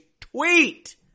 tweet